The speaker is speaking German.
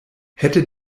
hätte